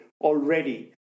already